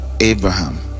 abraham